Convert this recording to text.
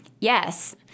Yes